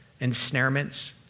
ensnarements